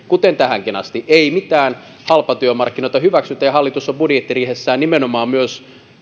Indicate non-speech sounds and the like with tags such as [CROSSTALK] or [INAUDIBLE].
[UNINTELLIGIBLE] kuten tähänkin asti ei mitään halpatyömarkkinoita hyväksytä ja hallitus on budjettiriihessään nimenomaan myös